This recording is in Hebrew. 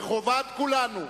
וחובת כולנו,